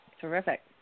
Terrific